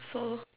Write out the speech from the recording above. so